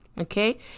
Okay